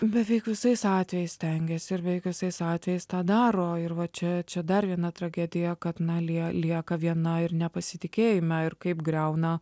beveik visais atvejais stengiasi ir beveik visais atvejais tą daro ir va čia čia dar viena tragedija kad na lie lieka viena ir nepasitikėjime ir kaip griauna